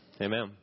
Amen